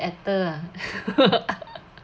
utter